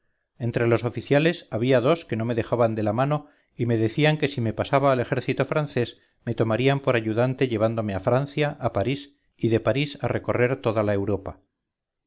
entre los oficiales había dos que no me dejaban de la mano y me decían que si me pasaba al ejército francés me tomarían por ayudante llevándome a francia a parís y de parís a recorrer toda la europa